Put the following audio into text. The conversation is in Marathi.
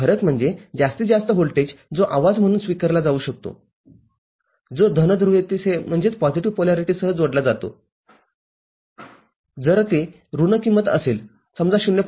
फरक म्हणजे जास्तीत जास्त व्होल्टेज जो आवाज म्हणून स्वीकारला जाऊ शकतो जो धन ध्रुवीयतेसह जोडला जातो जर ते ऋण किंमत असेल समजा ०